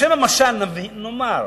לשם המשל נאמר